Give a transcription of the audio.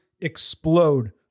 Explode